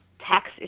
tax